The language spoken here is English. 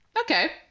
Okay